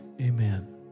Amen